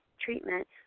treatment